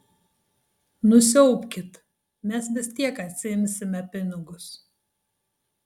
nusiaubkit mes vis tiek atsiimsime pinigus